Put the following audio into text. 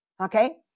Okay